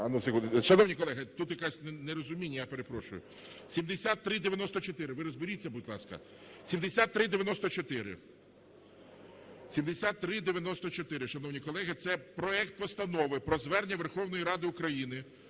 Шановні колеги, тут якесь непорозуміння, я перепрошую. 7394. Ви розберіться, будь ласка. 7394. Шановні колеги, це проект Постанови про Звернення Верховної Ради України